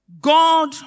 God